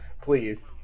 Please